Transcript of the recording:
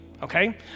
Okay